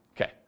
Okay